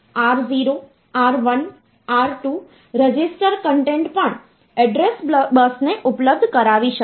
તેથી આ D છે પછી આ 34 ને 16 વડે ભાગ્યા